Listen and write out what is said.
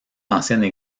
anciennes